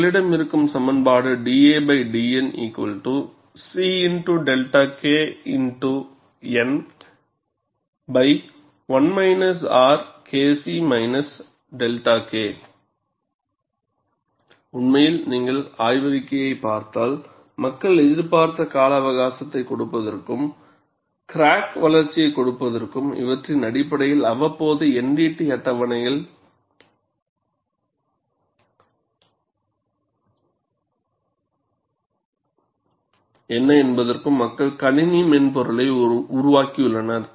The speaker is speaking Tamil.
இங்கேஉங்களிடம் இருக்கும் சமன்பாடு dadN C x 𝛿Kx nKc 𝛿K உண்மையில் நீங்கள் ஆய்வறிக்கையை பார்த்தால் மக்கள் எதிர்பார்த்த கால அவகாசத்தை கொடுப்பதற்கும் கிராக் வளர்ச்சியைக் கொடுப்பதற்கும் இவற்றின் அடிப்படையில் அவ்வப்போது NDT அட்டவணைகள் என்ன என்பதற்கும் மக்கள் கணினி மென்பொருளை உருவாக்கியுள்ளனர்